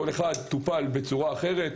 כל אחד טופל בצורה אחרת,